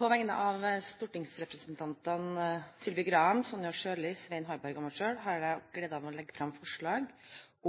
På vegne av stortingsrepresentantene Sylvi Graham, Sonja Irene Sjøli, Svein Harberg og meg selv har jeg gleden av å legge frem forslag